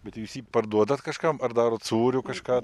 bet jūs jį parduodat kažkam ar darot sūrių kažką